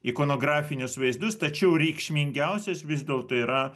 ikonografinius vaizdus tačiau reikšmingiausias vis dėlto yra